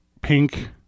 pink